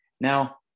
Now